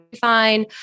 fine